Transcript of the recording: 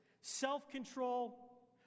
self-control